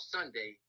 Sunday